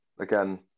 again